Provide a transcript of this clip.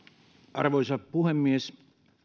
arvoisa puhemies